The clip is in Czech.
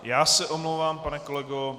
Já se omlouvám, pane kolego.